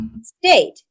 state